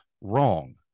wrong